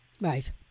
Right